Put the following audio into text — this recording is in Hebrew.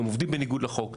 הם עובדים בניגוד לחוק,